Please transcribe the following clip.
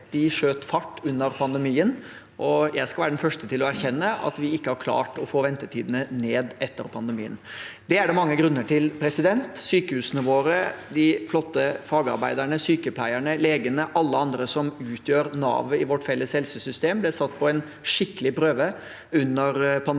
de skjøt fart under pandemien, og jeg skal være den første til å erkjenne at vi ikke har klart å få ventetidene ned etter pandemien. Det er det mange grunner til. Sykehusene våre, de flotte fagarbeiderne, sykepleierne, legene og alle andre som utgjør navet i vårt felles helsesystem, ble satt på en skikkelig prøve under pandemien.